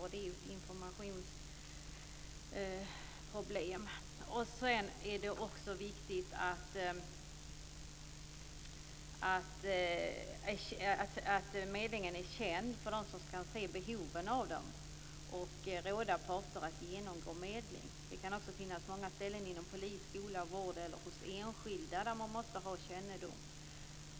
Det är ett informationsproblem. Det är också viktigt att medlingen är känd för dem som kan se behovet av den och råda parter att genomgå medling. Det kan också finnas många ställen inom polis, skola, vård eller hos enskilda där man också måste ha kännedom.